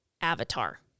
Avatar